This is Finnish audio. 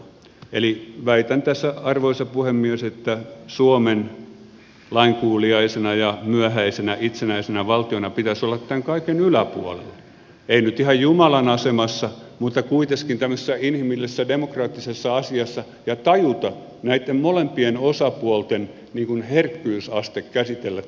eli väitän tässä arvoisa puhemies että suomen lainkuuliaisena ja myöhäisenä itsenäisenä valtiona pitäisi olla tämän kaiken yläpuolella ei nyt ihan jumalan asemassa mutta kuiteskin tämmöisessä inhimillisessä demokraattisessa asiassa ja tajuta näitten molempien osapuolten herkkyysaste käsitellä tätä